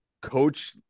coach